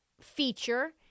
feature